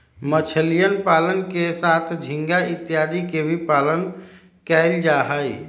मछलीयन पालन के साथ झींगा इत्यादि के भी पालन कइल जाहई